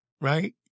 right